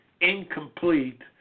incomplete